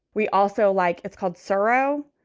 we also like it's called sarro.